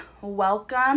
Welcome